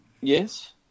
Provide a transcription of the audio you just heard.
Yes